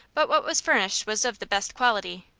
but what was furnished was of the best quality,